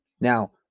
Now